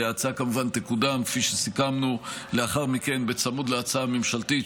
וכפי שסיכמנו ההצעה כמובן תקודם לאחר מכן צמוד להצעה הממשלתית.